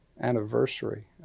anniversary